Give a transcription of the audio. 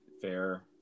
fair